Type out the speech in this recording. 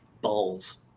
Balls